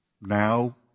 now